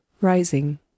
rising